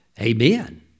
Amen